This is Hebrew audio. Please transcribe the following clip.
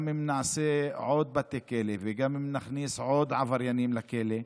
גם אם נעשה עוד בתי כלא וגם אם נכניס עוד עבריינים לכלא,